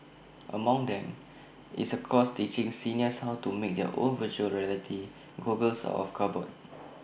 among them is A course teaching seniors how to make their own Virtual Reality goggles of cardboard